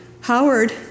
Howard